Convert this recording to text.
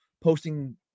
posting